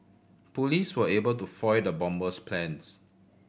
police were able to foil the bomber's plans